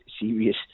serious